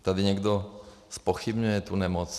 Tady někdo zpochybňuje tu nemoc.